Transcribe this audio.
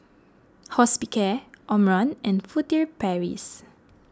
Hospicare Omron and Furtere Paris